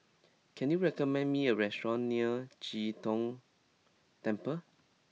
can you recommend me a restaurant near Chee Tong Temple